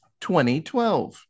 2012